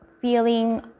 feeling